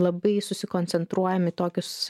labai susikoncentruojam į tokius